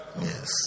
Yes